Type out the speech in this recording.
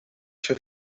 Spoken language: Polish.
się